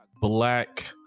black